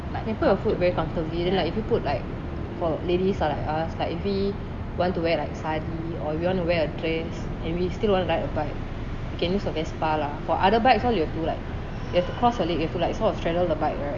can put your foot very comfortable then like if you put like for ladies ah like us like if we want to wear like sari or we want to wear a dress and we want to ride a bike can use a vespa lah for other bikes what you have to do like you have to cross your leg you have to like sort of straddle the bike right